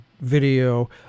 video